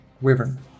wyvern